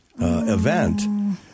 event